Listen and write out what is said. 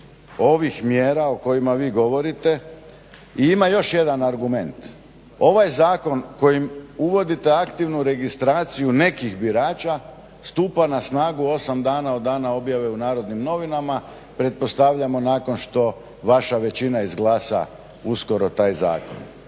ovih mjera o kojima vi govorite. I ima još jedan argument, ovaj zakon kojim uvodite aktivnu registraciju nekih birača stupa na snagu 8 dana od dana objave u Narodnim novinama, pretpostavljamo nakon što vaša većina izglasa uskoro taj zakon.